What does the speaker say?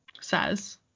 says